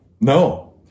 No